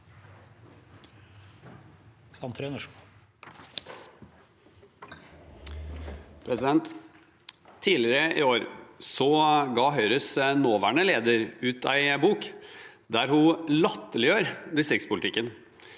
Tidligere i år ga Høyres nåværende leder ut en bok der hun latterliggjør distriktspolitikken